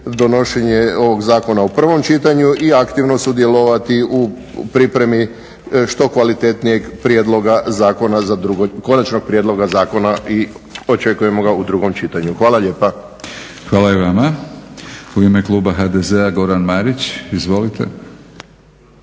donošenje ovog zakona u prvom čitanju i aktivno sudjelovati u pripremi što kvalitetnijeg konačnog prijedloga zakona i očekujemo ga u drugom čitanju. Hvala lijepa. **Batinić, Milorad (HNS)** Hvala i vama. U ime kluba HDZ-a Goran Marić, izvolite.